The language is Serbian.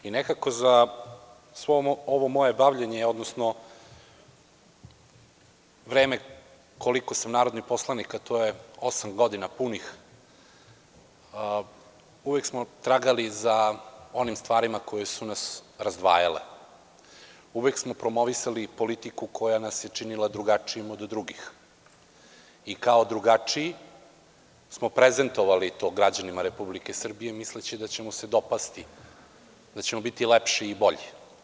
Nekako za svo ovo moje bavljenje, odnosno vreme koliko sam narodni poslanik, a to je punih osam godina, uvek smo tragali za onim stvarima koje su nas razdvajale, uvek smo promovisali politiku koja nas je činila drugačijim od drugih, i kao drugačiji smo prezentovali to građanima Republike Srbije, misleći da ćemo se dopasti, da ćemo biti lepši i bolji.